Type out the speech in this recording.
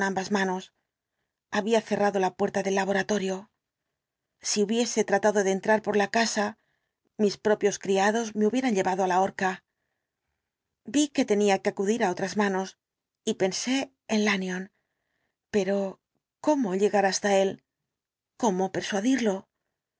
ambas manos había cerrado la puerta del laboratorio si hubiese tratado de entrar por la casa mis propios criados me hubieran llevado á la horca vi que tenía que acudir á otras manos y pensé en lanyón pero cómo llegar hasta él cómo persuadirlo